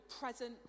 present